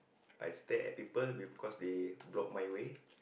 I stare at people because they block my way